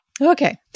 Okay